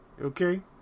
Okay